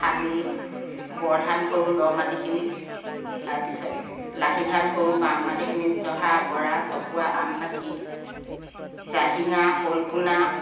শালি বৰধান কৰোঁ দ মাটিখিনিত তাৰপিছত লাহি ধান কৰোঁ বাম মাটিখিনিত জহা বৰা চকোৱা আমপাখি জাহিঙা শ'লপোণা